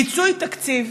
מיצוי תקציב